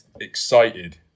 excited